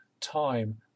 time